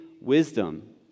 wisdom